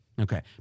Okay